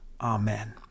Amen